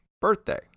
birthday